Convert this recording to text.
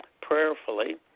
prayerfully